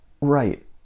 Right